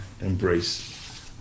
embrace